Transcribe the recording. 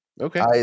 Okay